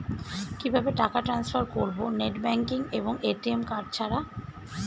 কিভাবে টাকা টান্সফার করব নেট ব্যাংকিং এবং এ.টি.এম কার্ড ছাড়া?